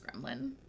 gremlin